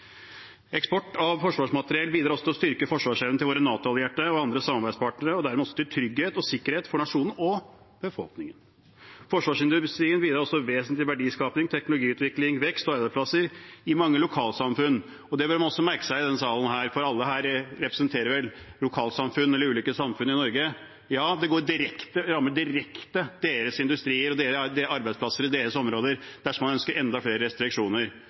å styrke forsvarsevnen til våre NATO-allierte og andre samarbeidspartnere og dermed også til trygghet og sikkerhet for nasjonen og befolkningen. Forsvarsindustrien bidrar også vesentlig til verdiskaping, teknologiutvikling, vekst og arbeidsplasser i mange lokalsamfunn. Det bør man også merke seg i denne salen, for alle her representerer vel ulike lokalsamfunn i Norge. Ja, det rammer direkte deres industrier og arbeidsplasser i deres områder dersom man ønsker enda flere restriksjoner,